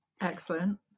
Excellent